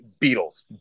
Beatles